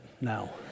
now